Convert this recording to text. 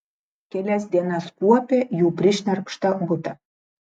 kelias dienas kuopė jų prišnerkštą butą